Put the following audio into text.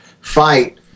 fight